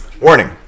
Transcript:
Warning